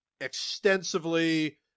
extensively